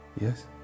yes